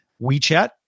WeChat